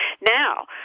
Now